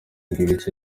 arenga